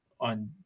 on